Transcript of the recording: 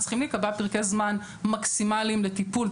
צריכים להיקבע פרקי זמן מקסימליים לטיפול,